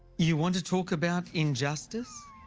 you want to talk about injustice?